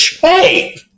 Hey